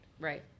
Right